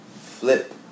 flip